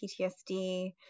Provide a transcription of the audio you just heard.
ptsd